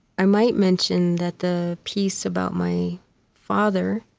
might mention that the piece about my father,